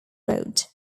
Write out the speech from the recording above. road